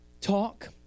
talk